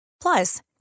Plus